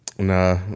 Nah